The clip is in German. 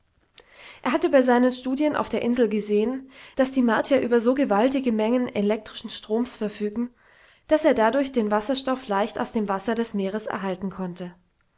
er hatte bei seinen studien auf der insel gesehen daß die martier über so gewaltige mengen elektrischen stromes verfügten daß er dadurch den wasserstoff leicht aus dem wasser des meeres erhalten konnte